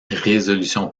résolution